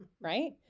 Right